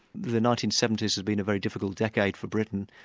the nineteen seventy s had been a very difficult decade for britain.